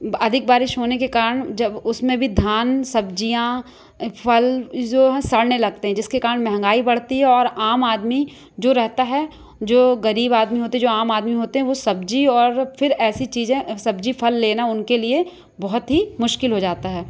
बा अधिक बारिश होने के कारण जब उसमें भी धान सब्ज़ियाँ फल जो हैं सड़ने लगते हैं जिसके कारण महंगाई बढ़ती है और आम आदमी जो रहता है जो गरीब आदमी होते हैं जो आम आदमी होते हैं वो सब्ज़ी और फिर ऐसी चीजें सब्ज़ी फल लेना उनके लिए बहुत ही मुश्किल हो जाता है